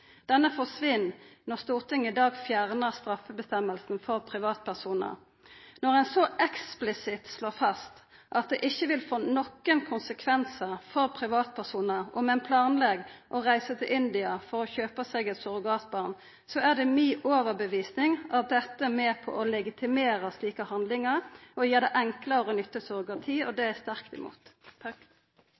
Denne forsvinn når Stortinget i dag fjernar straffeføresegna for privatpersonar. Når ein så eksplisitt slår fast at det ikkje vil få nokon konsekvensar for privatpersonar om ein planlegg og reiser til India for å kjøpa seg eit surrogatbarn, er det mi overtyding at dette er med på å legitimera slike handlingar og gjera det enklare å nytta surrogati. Det er eg sterkt imot.